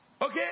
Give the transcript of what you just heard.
Okay